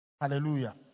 Hallelujah